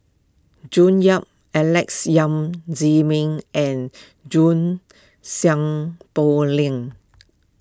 June Yap Alex Yam Ziming and June Sng Poh Leng